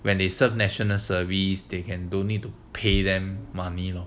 when they serve national service they can dont need to pay them money loh